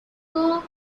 able